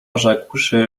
rzekłszy